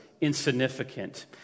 insignificant